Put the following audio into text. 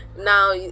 now